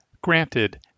Granted